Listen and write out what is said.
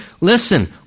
listen